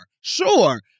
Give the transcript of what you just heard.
sure